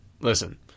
listen